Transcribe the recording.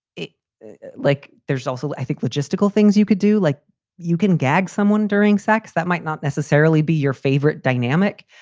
like, there's also, i think, logistical things you could do, like you can gag someone during sex that might not necessarily be your favorite dynamic.